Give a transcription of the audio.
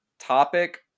topic